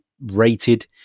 rated